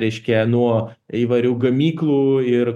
reiškia nuo įvairių gamyklų ir